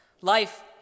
Life